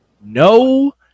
no